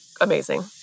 Amazing